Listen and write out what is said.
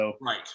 right